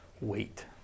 wait